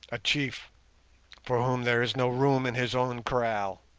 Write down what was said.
a chief for whom there is no room in his own kraal,